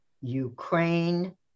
Ukraine